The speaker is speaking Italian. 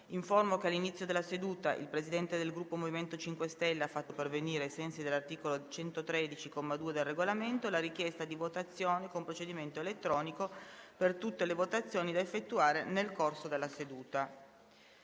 che all'inizio della seduta il Presidente del Gruppo MoVimento 5 Stelle ha fatto pervenire, ai sensi dell'articolo 113, comma 2, del Regolamento, la richiesta di votazione con procedimento elettronico per tutte le votazioni da effettuare nel corso della seduta.